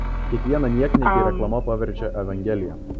kiekvieną niekniekį reklama paverčia evangelija